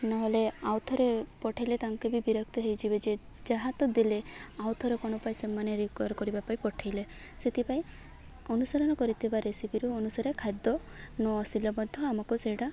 ନହେଲେ ଆଉ ଥରେ ପଠାଇଲେ ତାଙ୍କ ବି ବିରକ୍ତ ହେଇଯିବେ ଯେ ଯାହା ତ ଦେଲେ ଆଉ ଥରେ କ'ଣ ପାଇଁ ସେମାନେ ରିକର କରିବା ପାଇଁ ପଠାଇଲେ ସେଥିପାଇଁ ଅନୁସରଣ କରିଥିବା ରେସିପିରୁ ଅନୁସାରେ ଖାଦ୍ୟ ନ ଆସିଲେ ମଧ୍ୟ ଆମକୁ ସେଇଟା